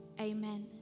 Amen